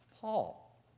Paul